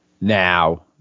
Now